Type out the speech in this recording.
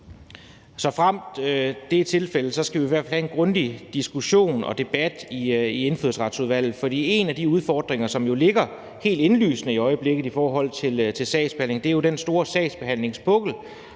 Såfremt det er tilfældet, skal vi i hvert fald have en grundig diskussion og debat i Indfødsretsudvalget. For en af de udfordringer, som jo ligger helt indlysende i øjeblikket i forhold til sagsbehandlingen, er den store sagsbehandlingspukkel,